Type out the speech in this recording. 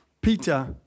Peter